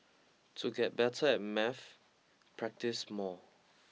to get better at maths practise more